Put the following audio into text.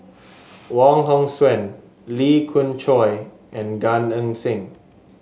Wong Hong Suen Lee Khoon Choy and Gan Eng Seng